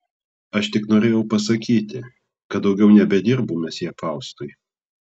aš tik norėjau pasakyti kad daugiau nebedirbu mesjė faustui